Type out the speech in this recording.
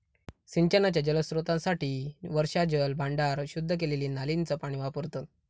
सिंचनाच्या जलस्त्रोतांसाठी वर्षाजल भांडार, शुद्ध केलेली नालींचा पाणी वापरतत